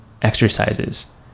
exercises